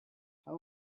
how